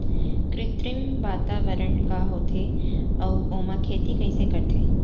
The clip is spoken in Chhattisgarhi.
कृत्रिम वातावरण का होथे, अऊ ओमा खेती कइसे करथे?